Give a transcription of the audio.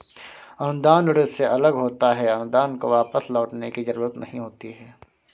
अनुदान ऋण से अलग होता है अनुदान को वापस लौटने की जरुरत नहीं होती है